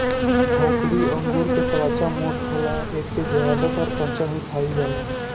भोकरी अंगूर के त्वचा मोट होला एके ज्यादातर कच्चा ही खाईल जाला